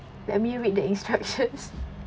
let me read the instructions